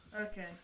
Okay